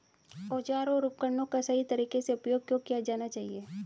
औजारों और उपकरणों का सही तरीके से उपयोग क्यों किया जाना चाहिए?